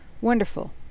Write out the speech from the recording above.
wonderful